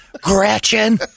Gretchen